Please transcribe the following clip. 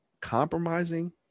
compromising